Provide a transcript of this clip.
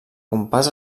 compàs